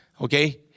Okay